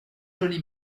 joli